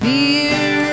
Fear